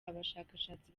abashakashatsi